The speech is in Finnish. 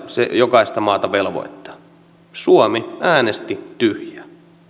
se jokaista maata velvoittaa suomi äänesti tyhjää